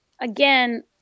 again